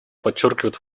подчеркивают